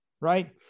right